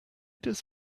does